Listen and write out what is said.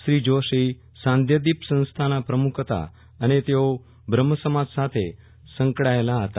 શ્રી જોષી સાંધ્યદીપ સંસ્થાના પ્રમુખ હતા અને તેઓ ભ્રમસંસ્થા સાથે પણ સંકળાયેલા હતા